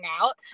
out